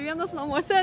vienas namuose